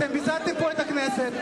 אתם ביזיתם את הכנסת,